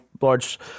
large